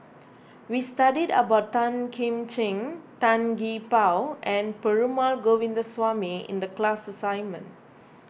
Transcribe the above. we studied about Tan Kim Ching Tan Gee Paw and Perumal Govindaswamy in the class assignment